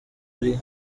ari